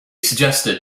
suggested